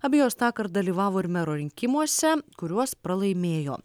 abi jos tąkart dalyvavo ir mero rinkimuose kuriuos pralaimėjo